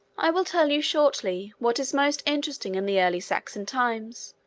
i will tell you, shortly, what is most interesting in the early saxon times,